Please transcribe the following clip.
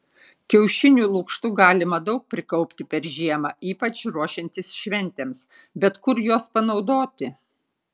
kiaušinių lukštų galima daug prikaupti per žiemą ypač ruošiantis šventėms bet kur juos panaudoti